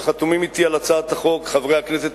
חתומים אתי על הצעת החוק חברי הכנסת